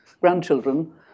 grandchildren